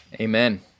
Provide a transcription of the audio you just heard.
Amen